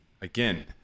again